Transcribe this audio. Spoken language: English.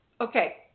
okay